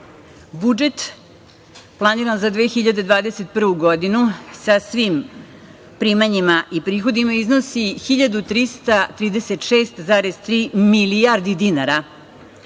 godine. Budžet planiran za 2021. godinu, sa svim primanjima i prihodima, iznosi 1.336,3 milijardi dinara,